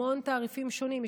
המון תעריפים שונים.